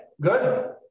good